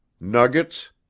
Nuggets